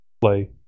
play